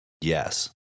Yes